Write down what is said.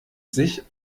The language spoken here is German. sich